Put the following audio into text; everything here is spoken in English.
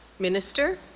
minister.